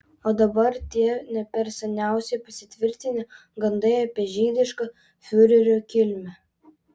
o dar tie ne per seniausiai pasitvirtinę gandai apie žydišką fiurerio kilmę